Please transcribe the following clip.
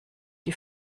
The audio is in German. die